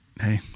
hey